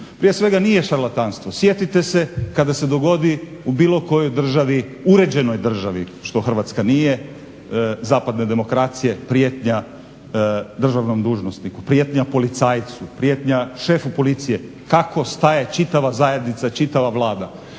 prije svega nije šarlatanstvo. Sjetite se kada se dogodi u bilo kojoj državi, uređenoj državi, što Hrvatska nije, zapadne demokracije, prijetnja državnom dužnosniku, prijetnja policajcu, prijetnja šefu policije, kako staje čitava zajednica, čitava Vlada.